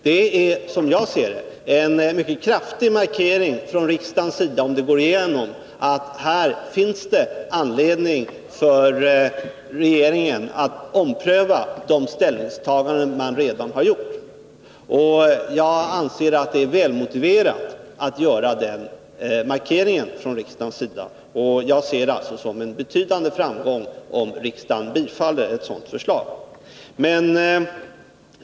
Det är, som jag ser det, en mycket kraftig markering från riksdagens sida — om det går igenom — att det här finns anledning för regeringen att ompröva de ställningstaganden man redan har gjort. Jag anser att det är välmotiverat att göra den markeringen från riksdagens sida, och jag ser det alltså som en betydande framgång, om riksdagen bifaller ett sådant förslag.